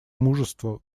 мужество